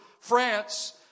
France